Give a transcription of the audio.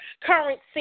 currency